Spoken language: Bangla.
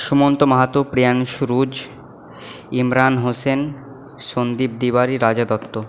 সুমন্ত মাহাতো প্রিয়াংশু রুজ ইমরান হোসেন সন্দীপ তিওয়ারি রাজা দত্ত